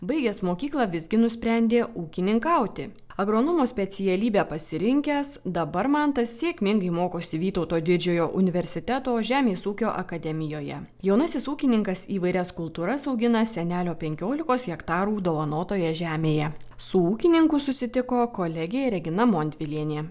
baigęs mokyklą visgi nusprendė ūkininkauti agronomo specialybę pasirinkęs dabar mantas sėkmingai mokosi vytauto didžiojo universiteto žemės ūkio akademijoje jaunasis ūkininkas įvairias kultūras augina sene lio penkiolikos hektarų dovanotoje žemėje su ūkininku susitiko kolegė regina montvilienė